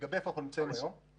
איפה אנחנו נמצאים היום בעניין הזה?